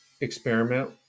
experiment